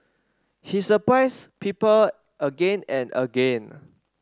he surprised people again and again